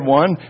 one